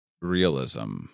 realism